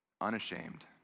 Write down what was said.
unashamed